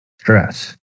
stress